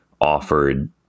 offered